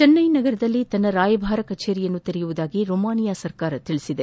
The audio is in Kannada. ಚೆನ್ನೈನಲ್ಲಿ ತನ್ನ ರಾಯಭಾರ ಕಚೇರಿಯನ್ನು ತೆರೆಯುವುದಾಗಿ ರೊಮೇನಿಯಾ ತಿಳಿಸಿದೆ